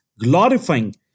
glorifying